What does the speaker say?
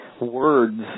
words